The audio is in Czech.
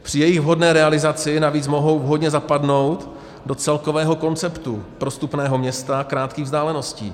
Při jejich vhodné realizaci navíc mohou vhodně zapadnout do celkového konceptu prostupného města krátkých vzdáleností.